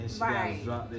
Right